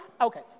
Okay